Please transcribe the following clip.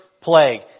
plague